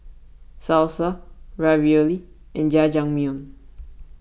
Salsa Ravioli and Jajangmyeon